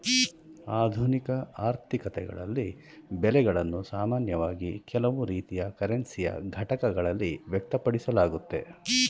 ಆಧುನಿಕ ಆರ್ಥಿಕತೆಗಳಲ್ಲಿ ಬೆಲೆಗಳನ್ನು ಸಾಮಾನ್ಯವಾಗಿ ಕೆಲವು ರೀತಿಯ ಕರೆನ್ಸಿಯ ಘಟಕಗಳಲ್ಲಿ ವ್ಯಕ್ತಪಡಿಸಲಾಗುತ್ತೆ